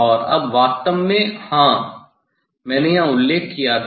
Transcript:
और अब वास्तव में हां मैंने यहां उल्लेख किया था